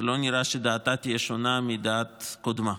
לא נראה שדעתה תהיה שונה מדעת קודמה.